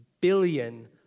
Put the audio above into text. billion